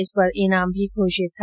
इस पर ईनाम भी घोषित था